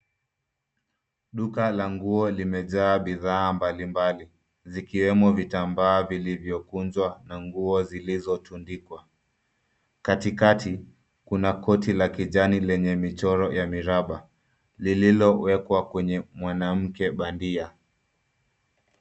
Duka la nguo limejaa bidhaa mbalimbali zikiwemo vitambaa vilivyokunjwa na nguo zilizotundikwa. Katikati, kuna koti la kijani lenye michoro ya miraba lililowekwa kwenye mwanamke bandia.